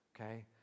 okay